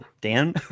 Dan